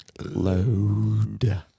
load